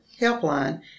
helpline